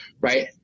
right